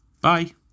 Bye